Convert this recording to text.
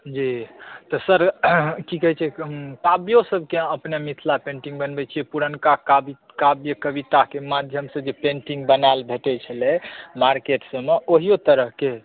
जी तऽ सर की कहै छै काव्यो सभकेँ अपने मिथिला पेन्टिङ्ग बनबैत छियै पुरनका काव्य कविताके माध्यमसँ जे पेन्टिङ्ग बनायल भेटैत छलै मार्केट सभमे ओहियो तरहके